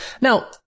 now